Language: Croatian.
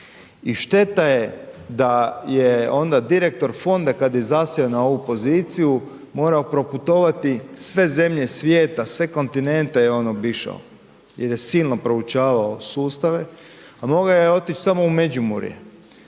I šteta da je da onda direktor fonda kada je zasjeo na ovu poziciju morao proputovati sve zemlje svijeta, sve kontinente je on obišao jer je silno proučavao sustave, a mogao je otići samo u Međimurje.